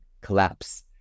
collapse